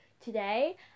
today